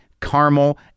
caramel